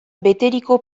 beteriko